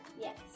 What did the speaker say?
Yes